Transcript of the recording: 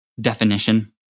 definition